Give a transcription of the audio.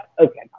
okay